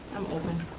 i'm open.